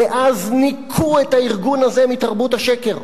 ואז ניקו את הארגון הזה מתרבות השקר.